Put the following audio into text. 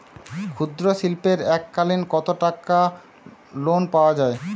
ক্ষুদ্রশিল্পের এককালিন কতটাকা লোন পাওয়া য়ায়?